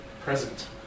present